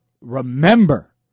remember